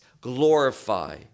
glorify